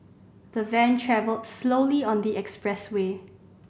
the van travelled slowly on the expressway